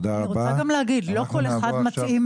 כ"ד בסיון תשפ"ג,